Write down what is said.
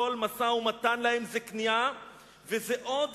כל משא-ומתן אתם הוא כניעה ועוד